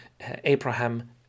Abraham